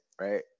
right